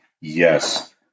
Yes